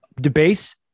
debase